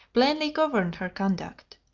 plainly governed her conduct.